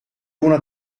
una